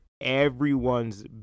everyone's